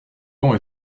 vent